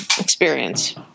experience